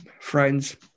friends